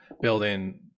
building